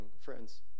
friends